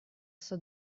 sua